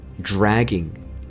dragging